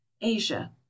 Asia